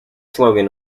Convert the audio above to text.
slogan